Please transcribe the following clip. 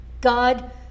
God